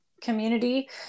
community